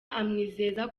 amwizeza